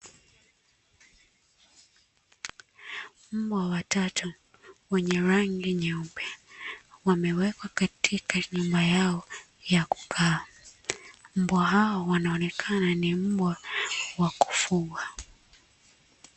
Mbwa watatu wenye rangi nyeupe wamewekwa katika nyumba yao ya kukaa, mbwa hao wanaonekana ni mbwa wa kufugwa.